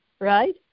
right